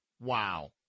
Wow